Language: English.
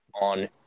on